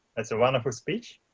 that's a wonderful speech.